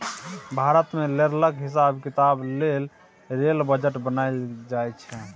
भारत मे रेलक हिसाब किताब लेल रेल बजट बनाएल जाइ छै